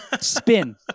spin